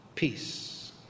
peace